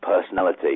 personality